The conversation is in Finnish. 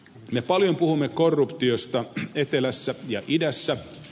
me paljon puhumme korruptiosta etelässä ja idässä